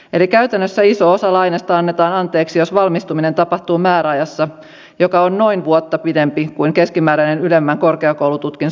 eli käytännössä iso osa lainasta annetaan anteeksi jos valmistuminen tapahtuu määräajassa joka on noin vuotta pidempi kuin keskimääräinen ylemmän korkeakoulututkinnon suunniteltu kesto